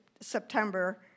September